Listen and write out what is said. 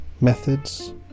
methods